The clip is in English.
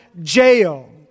jail